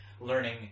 learning